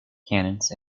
canons